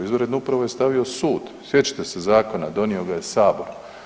Izvanrednu upravu je stavio sud, sjećate se zakona, donio ga je Sabor.